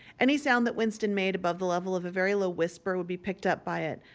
any sound that winston made, above the level of a very low whisper, would be picked up by it,